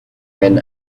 when